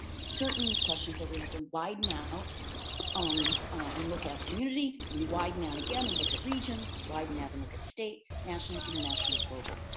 certain questions that we have to widen out um and look at community, we widen out again and look at region, widen out and look at state, national, international, global.